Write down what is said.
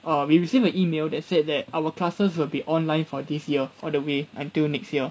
we received the email that said that our classes will be online for this year all the way until next year